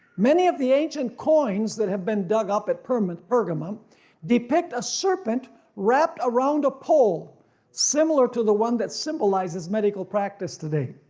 many of the ancient coins that have been dug up at pergamum and pergamum depict a serpent wrapped around a pole similar to the one that symbolizes medical practice today.